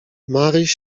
maryś